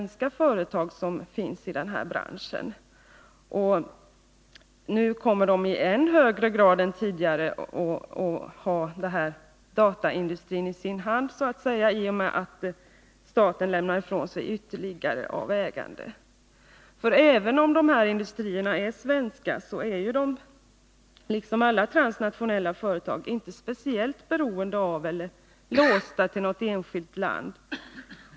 I och med att staten lämnar ifrån sig ytterligare ägande kommer dessa företag att ha dataindustrin i sin hand i än högre grad än tidigare. Även om dessa industrier är svenska är de, liksom alla transnationella företag, inte speciellt beroende av eller låsta till något enskilt land.